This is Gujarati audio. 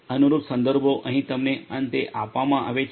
અનુરૂપ સંદર્ભો અહીં તમને અંતે આપવામાં આવે છે